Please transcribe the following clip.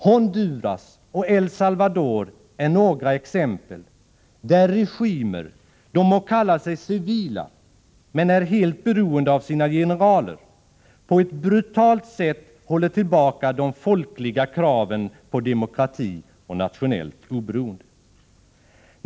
Honduras och El Salvador är några exempel där regimer, de må kalla sig civila, men är helt beroende av sina generaler, på ett brutalt sätt håller tillbaka de folkliga kraven på demokrati och nationellt oberoende.